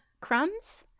Crumbs